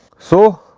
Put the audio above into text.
so,